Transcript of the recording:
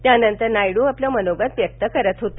त्यानंतर नायडू आपलं मनोगत व्यक्त करत होते